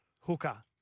Hooker